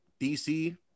DC